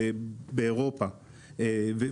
לדעתי זה גם משהו שיכול לעניין לא רק